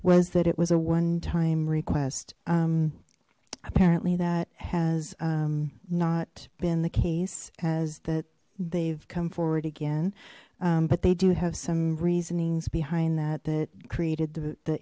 was that it was a one time request apparently that has not been the case as that they've come forward again but they do have some reasonings behind that that created the